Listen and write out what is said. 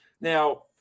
Now